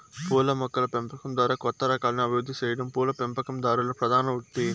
పూల మొక్కల పెంపకం ద్వారా కొత్త రకాలను అభివృద్ది సెయ్యటం పూల పెంపకందారుల ప్రధాన వృత్తి